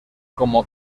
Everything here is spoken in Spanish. como